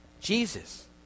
Jesus